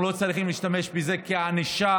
אנחנו לא צריכים להשתמש בזה כענישה,